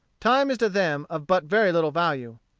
time is to them of but very little value.